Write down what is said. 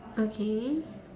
okay